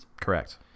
Correct